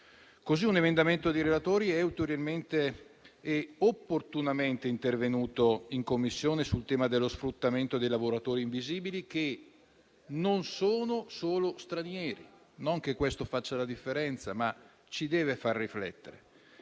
ulteriormente e opportunamente intervenuto in Commissione sul tema dello sfruttamento dei lavoratori invisibili, che non sono solo stranieri. Non che questo faccia la differenza, ma ci deve far riflettere.